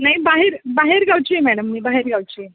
नाही बाहेर बाहेरगावची आहे मॅडम मी बाहेरगावची आहे